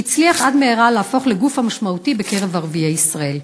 שהצליח עד מהרה להפוך לגוף המשמעותי בקרב ערביי ישראל.